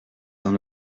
dans